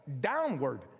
downward